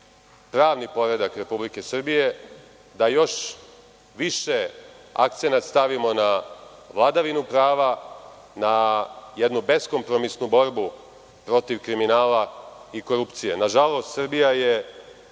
pravni poredak Republike Srbije, da još više akcenat stavimo na vladavinu prava, na jednu beskompromisnu borbu protiv kriminala i korupcije. Nažalost, Srbija je